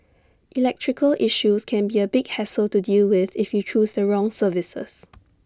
electrical issues can be A big hassle to deal with if you choose the wrong services